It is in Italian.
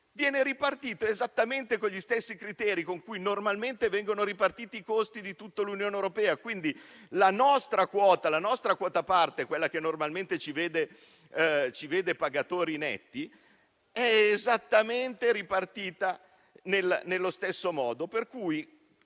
dunque ripartito esattamente con gli stessi criteri con cui normalmente vengono ripartiti i costi di tutta l'Unione europea, quindi la nostra quota parte, quella che normalmente ci vede pagatori netti, è ripartita esattamente nello stesso modo.